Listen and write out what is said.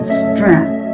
strength